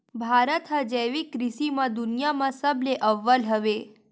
भारत हा जैविक कृषि मा दुनिया मा सबले अव्वल हवे